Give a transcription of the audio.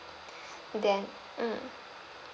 then mm